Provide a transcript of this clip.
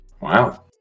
Wow